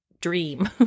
dream